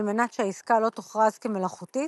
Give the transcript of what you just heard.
על מנת שהעסקה לא תוכרז כמלאכותית,